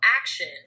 action